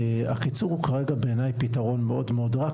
והקיצור כרגע הוא באמת פתרון מאוד מאוד רע,